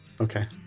Okay